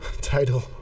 title